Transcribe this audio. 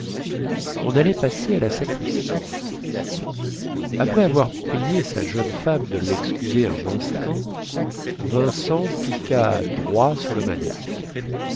on allait passer à la sacristie après avoir prié sa jeune femme de lexcuser un instant vincent piqua droit sur le maniaque